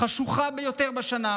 החשוכה ביותר בשנה,